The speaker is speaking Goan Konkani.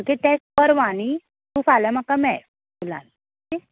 ओके टेस्ट परवा नी सो फाल्या माका मेळ स्कूलान ओके